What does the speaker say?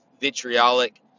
vitriolic